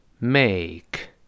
make